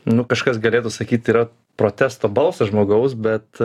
nu kažkas galėtų sakyt yra protesto balsas žmogaus bet